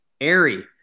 airy